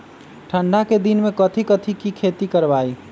ठंडा के दिन में कथी कथी की खेती करवाई?